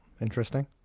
interesting